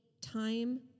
time